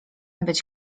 być